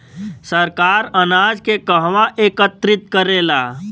सरकार अनाज के कहवा एकत्रित करेला?